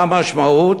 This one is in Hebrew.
מה המשמעות?